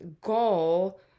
goal